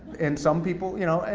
and some people, you know. and